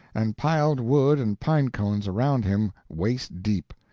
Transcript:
and piled wood and pine cones around him waist-deep.